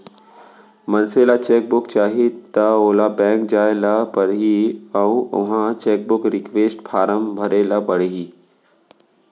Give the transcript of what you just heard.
मनसे ल cheque book चाही त ओला बेंक जाय ल परही अउ उहॉं चेकबूक रिक्वेस्ट फारम भरे ल परही